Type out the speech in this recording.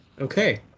Okay